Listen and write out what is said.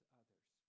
others